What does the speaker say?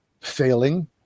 failing